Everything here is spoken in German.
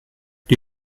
die